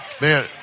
Man